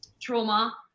trauma